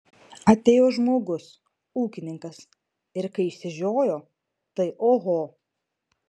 atėjo žmogus ūkininkas ir kai išsižiojo tai oho